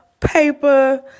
paper